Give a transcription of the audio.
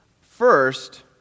First